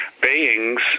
beings